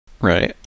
Right